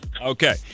Okay